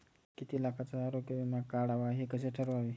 किती लाखाचा आरोग्य विमा काढावा हे कसे ठरवावे?